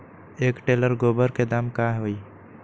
एक टेलर गोबर के दाम का होई?